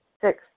Six